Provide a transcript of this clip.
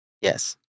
Yes